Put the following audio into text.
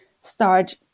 start